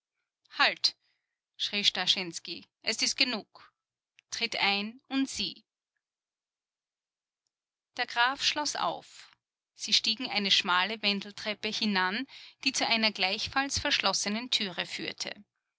halt schrie starschensky es ist genug tritt ein und sieh der graf schloß auf sie stiegen eine schmale wendeltreppe hinan die zu einer gleichfalls verschlossenen türe führte